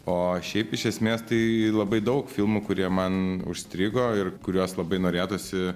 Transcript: o šiaip iš esmės tai labai daug filmų kurie man užstrigo ir kuriuos labai norėtųsi